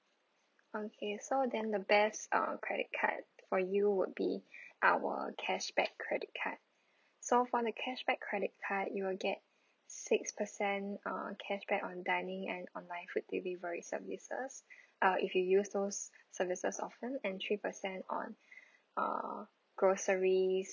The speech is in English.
okay so then the best ah credit card for you would be our cashback credit card so for the cashback credit card you will get six percent uh cashback on dining and online food delivery services uh if you use those services often and three percent on uh groceries